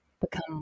become